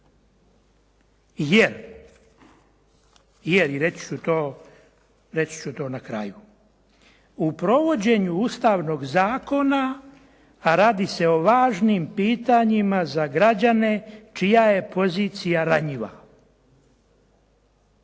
Jer, i reći ću to na kraju, u provođenju ustavnog zakona, a radi se o važnim pitanjima za građane čija je pozicija ranjiva